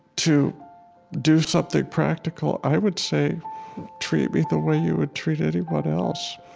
to do something practical, i would say treat me the way you would treat anyone else.